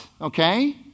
okay